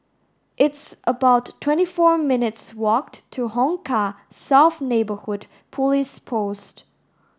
it's about twenty four minutes' walk to Hong Kah South Neighbourhood Police Post